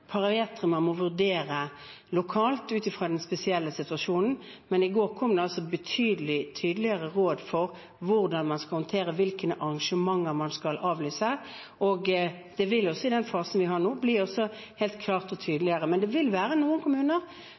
man må vurdere lokalt ut fra den spesielle situasjonen. Men i går kom det altså betydelig tydeligere råd om hvordan man skal håndtere arrangementer, og hvilke arrangementer man skal avlyse. Det vil også i den fasen vi er i nå, bli helt klart og tydelig. Men det vil være noen kommuner